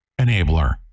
enabler